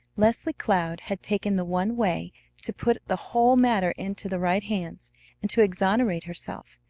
leslie cloud had taken the one way to put the whole matter into the right hands and to exonerate herself.